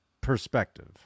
perspective